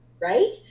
Right